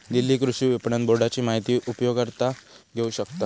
दिल्ली कृषि विपणन बोर्डाची माहिती उपयोगकर्ता घेऊ शकतत